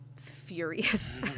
furious